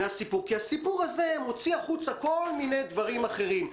כי הסיפור הזה מוציא החוצה כל מיני דברים אחרים.